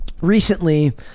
recently